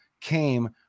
came